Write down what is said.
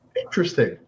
Interesting